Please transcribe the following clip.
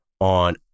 on